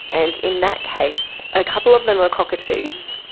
and in that case a couple of them were cockatoos,